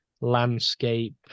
landscape